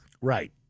Right